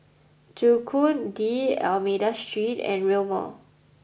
Joo Koon D'almeida Street and Rail Mall